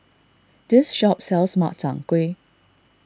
this shop sells Makchang Gui